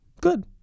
good